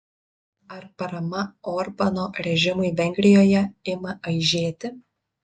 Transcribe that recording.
ar parama orbano režimui vengrijoje ima aižėti